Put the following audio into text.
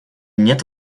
нет